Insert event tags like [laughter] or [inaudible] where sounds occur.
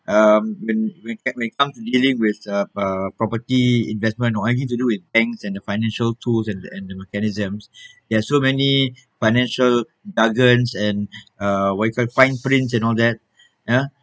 um when when c~ when it comes to dealing with a uh property investment or anything to do with banks and the financial tools and the and the mechanisms [breath] there are so many financial jargons and uh what you call it fine prints and all that ya